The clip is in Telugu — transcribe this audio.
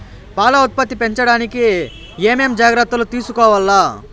పాల ఉత్పత్తి పెంచడానికి ఏమేం జాగ్రత్తలు తీసుకోవల్ల?